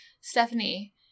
Stephanie